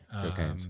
Okay